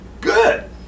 Good